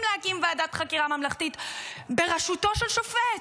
להקים ועדת חקירה ממלכתית בראשותו של שופט.